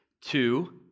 Two